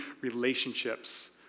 relationships